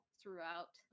throughout